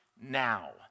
now